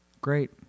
Great